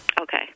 Okay